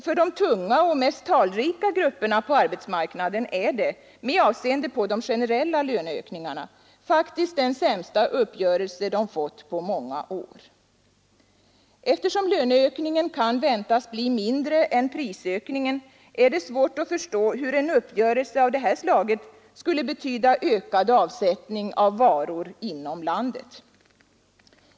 För de tunga och mest talrika grupperna på arbetsmarknaden är det — med avseende på de generella löneökningarna — faktiskt den sämsta uppgörelse de fått på många år. Eftersom löneökningen kan väntas bli mindre än prisökningen, är det svårt att förstå hur en uppgörelse av detta slag skulle betyda ökad avsättning av varor inom landet.